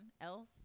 else